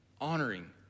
honoring